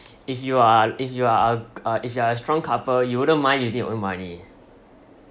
if you are if you are a uh if you're a strong couple you wouldn't mind using your own money